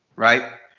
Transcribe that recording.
right?